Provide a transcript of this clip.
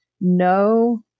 no